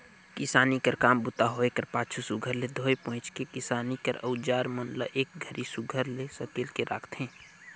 किसानी कर काम बूता होए कर पाछू सुग्घर ले धोए पोएछ के किसानी कर अउजार मन ल एक घरी सुघर ले सकेल के राखथे